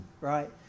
right